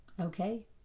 okay